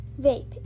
vape